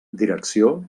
direcció